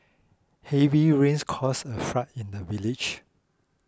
heavy rains caused a flood in the village